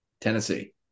Tennessee